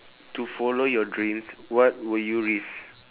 to follow your dreams what will you risk